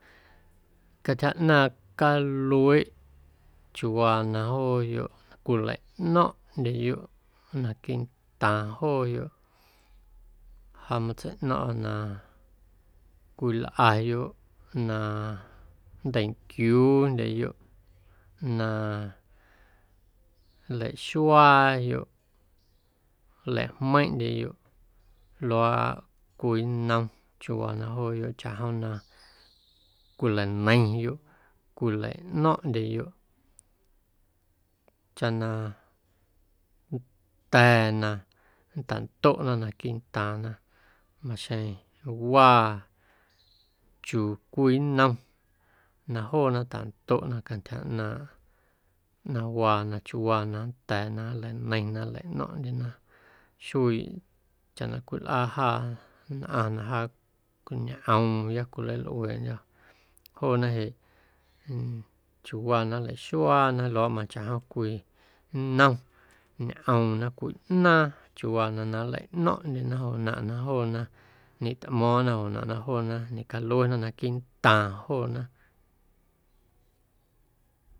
Cantyja ꞌnaaⁿ calueꞌ chiuuwaa na jooyoꞌ cwilaꞌno̱ⁿꞌndyeyoꞌ naquiiꞌntaaⁿ jooyoꞌ ja matseiꞌno̱ⁿꞌa na cwilꞌayoꞌ na nteinquiuundyeyoꞌ, na nlaxuaayoꞌ, nlajmeiⁿꞌndyeyoꞌ luaaꞌ cwii nnom chiuuwaa na jooyoꞌ chaꞌjom na cwilaneiⁿyoꞌ cwilaꞌno̱ⁿꞌndyeyoꞌ chaꞌ na nnda̱a̱ na nntaꞌndonꞌnaꞌ naquiiꞌntaaⁿna maxjeⁿ waa chiuu cwii nnom na joona tandoꞌna cantyja ꞌnaaⁿꞌ nawaa na chiuuwaa na nnda̱a̱ na nlaneiⁿna nlaꞌno̱ndyena xuiiꞌ chaꞌ na cwilꞌaa jaa nnꞌaⁿ na jaa ñꞌoomya cwilalꞌueeꞌndyo̱ joona jeꞌ chiuuwaa na nlaxuaana luaaꞌ machaꞌjom cwii nnom ñꞌoomna cwii ꞌnaaⁿ chiuuwaa na na nlaꞌno̱ⁿꞌndyena joꞌnaꞌ na joona ñetꞌmo̱o̱ⁿna joꞌnaꞌ na joona ñecaluena naquiiꞌntaaⁿ joona.